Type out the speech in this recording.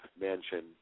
mansion